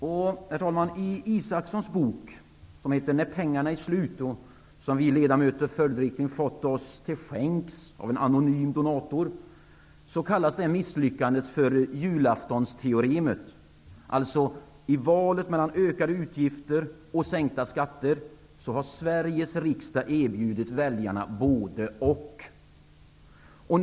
I Isaksson bok, som heter När pengarna är slut, och som vi ledamöter följdriktigt fått oss till skänks av en anonym donator, kallas misslyckandet för ''julaftonsteoremet''. Dvs. i valet mellan ökade utgifter och sänkta skatter har Sveriges riksdag erbjudit väljarna både och.